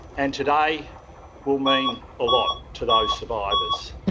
and today will mean a lot to those survivors.